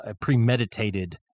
premeditated